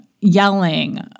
yelling